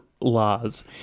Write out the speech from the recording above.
laws